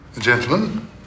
Gentlemen